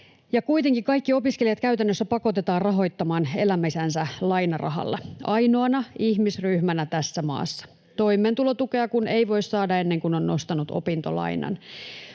kuitenkin kaikki opiskelijat käytännössä pakotetaan rahoittamaan elämisensä lainarahalla, ainoana ihmisryhmänä tässä maassa, toimeentulotukea kun ei voi saada ennen kuin on nostanut opintolainan.